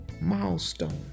milestone